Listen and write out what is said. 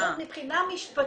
מבחינה משפטית,